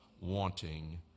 wanting